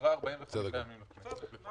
ומשאירה לכנסת 45 ימים לפחות.